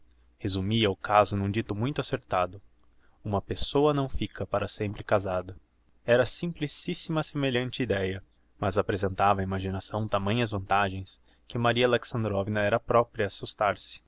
resumia o caso n'um dito muito acertado uma pessoa não fica para sempre casada era simplicissima semelhante ideia mas apresentava á imaginação tamanhas vantagens que maria alexandrovna era a propria